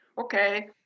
okay